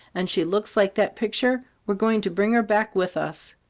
and she looks like that picture, we're going to bring her back with us.